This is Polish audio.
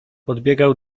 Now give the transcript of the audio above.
podbiegał